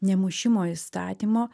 nemušimo įstatymo